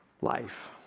life